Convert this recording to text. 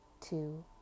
two